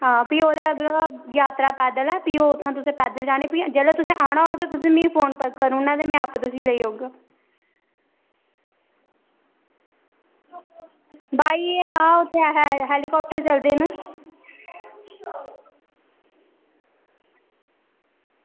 भी ओह्दे बाद जात्तरा पैदल ऐ भी ओह् उत्थुआं पैदल जाना ते भी ओह् उत्थुआं औना होग ते मिगी फोन करी ओड़ना ते में आपें तुसेंगी लेई औगा बाय एयर आओ इत्थें हैलीकॉप्टर चलदे न